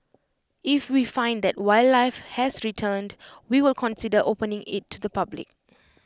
if we find that wildlife has returned we will consider opening IT to the public